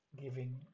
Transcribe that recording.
giving